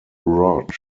rod